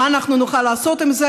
מה אנחנו נוכל לעשות עם זה,